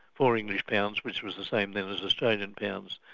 four english pounds, which was the same then as australian and pounds.